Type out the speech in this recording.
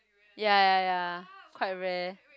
ya ya ya quite rare